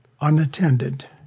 unattended